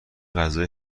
غذای